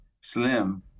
slim